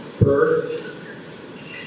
birth